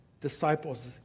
disciples